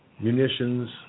munitions